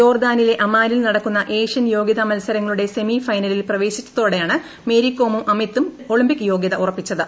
ജോർദ്ദാനിലെ അമ്മാനിൽ നടക്കുന്ന ഏഷ്യൻ യോഗൃതാ മത്സരങ്ങളുടെ സെമി ഫൈനലിൽ പ്രവേശിച്ചതോടെയാണ് മേരികോമും അമിതും ഒളിമ്പിക് യോഗ്യത ഉറപ്പിച്ചത്